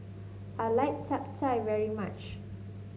I like Chap Chai very much